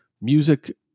music